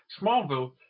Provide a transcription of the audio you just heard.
Smallville